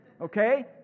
okay